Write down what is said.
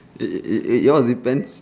it it it it all depends